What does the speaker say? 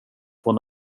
från